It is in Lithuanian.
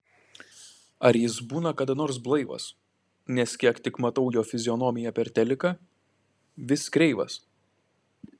ar jis būna kada nors blaivas nes kiek tik matau jo fizionomiją per teliką vis kreivas